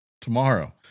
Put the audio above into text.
tomorrow